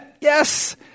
Yes